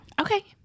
Okay